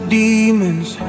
demons